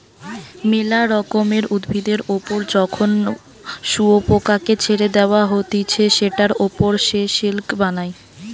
মেলা রকমের উভিদের ওপর যখন শুয়োপোকাকে ছেড়ে দেওয়া হতিছে সেটার ওপর সে সিল্ক বানায়